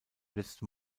letzten